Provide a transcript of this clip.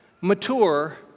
mature